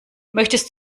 möchtest